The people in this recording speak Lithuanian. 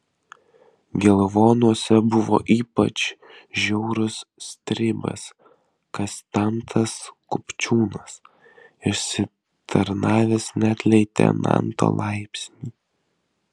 gelvonuose buvo ypač žiaurus stribas kastantas kupčiūnas išsitarnavęs net leitenanto laipsnį